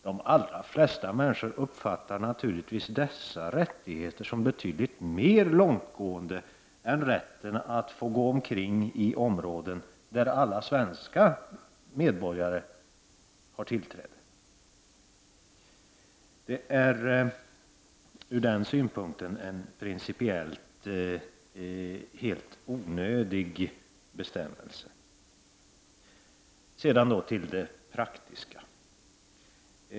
De allra flesta människor uppfattar naturligtvis dessa rättigheter som betydligt mer långtgående än rätten att gå omkring i områden dit alla svenska medborgare har tillträde. Det är från den synpunkten en principiellt helt onödig bestämmelse. Sedan övergår jag till det praktiska.